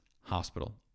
Hospital